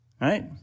Right